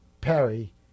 Perry